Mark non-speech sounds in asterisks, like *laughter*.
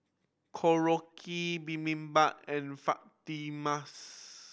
Korokke Bibimbap and *unintelligible*